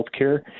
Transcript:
healthcare